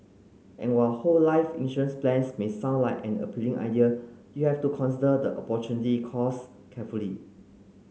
and while whole life insurance plans may sound like an appealing idea you have to consider the opportunity costs carefully